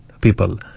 people